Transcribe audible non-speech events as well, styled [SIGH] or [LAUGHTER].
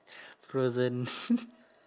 [BREATH] frozen [LAUGHS]